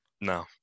No